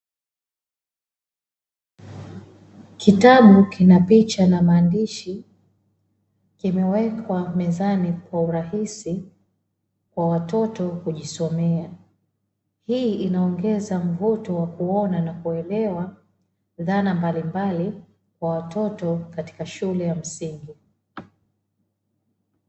Kitabu kina picha na maandishi kimewekwa mezani kwa urahisi kwa watoto kujisomea, hii inaongeza mvuto wa kuona na kuelewa dhana mbalimbali kwa watoto katika shule ya msingi.